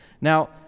Now